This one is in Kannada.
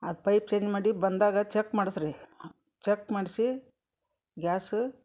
ಅದು ಪೈಪ್ ಚೇಂಜ್ ಮಾಡಿ ಬಂದಾಗ ಚಕ್ ಮಾಡಸಿ ರೀ ಚಕ್ ಮಾಡಿಸಿ ಗ್ಯಾಸ